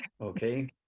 okay